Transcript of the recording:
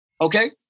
Okay